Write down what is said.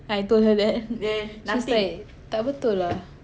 ya I told her that then she's like tak betul lah